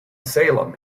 salem